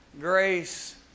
Grace